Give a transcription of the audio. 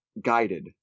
guided